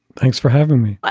thanks for having me.